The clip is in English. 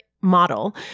model